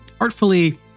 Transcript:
artfully